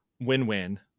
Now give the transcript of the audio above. win-win